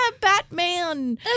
Batman